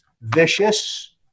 vicious